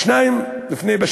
שניים לפני,